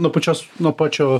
nuo pačios nuo pačio